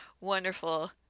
wonderful